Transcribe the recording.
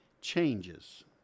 changes